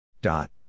Dot